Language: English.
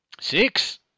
Six